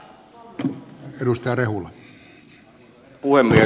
arvoisa puhemies